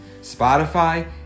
Spotify